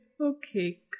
okay